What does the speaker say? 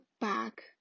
back